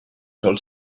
sol